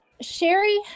Sherry